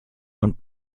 und